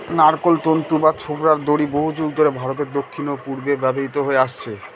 নারকোল তন্তু বা ছোবড়ার দড়ি বহুযুগ ধরে ভারতের দক্ষিণ ও পূর্বে ব্যবহৃত হয়ে আসছে